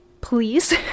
please